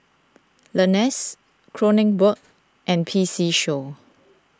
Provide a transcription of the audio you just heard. Lenas Kronenbourg and P C Show